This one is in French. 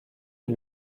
est